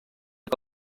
que